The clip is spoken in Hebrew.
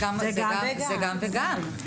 זה גם וגם.